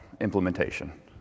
implementation